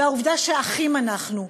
והעובדה שאחים אנחנו,